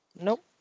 Nope